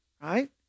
right